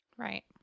Right